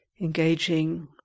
engaging